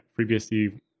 FreeBSD